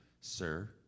sir